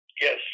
Yes